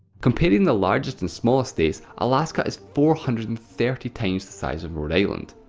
comparing the largest and smallest states, alaska is four hundred and thirty times the size of rhode island.